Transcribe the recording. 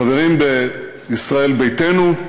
חברים בישראל ביתנו,